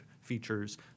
features